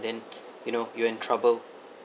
then you know you in trouble